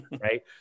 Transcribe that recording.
Right